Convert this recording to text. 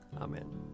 Amen